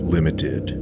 Limited